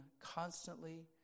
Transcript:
constantly